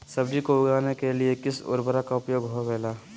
सब्जी को उगाने के लिए किस उर्वरक का उपयोग होबेला?